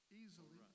easily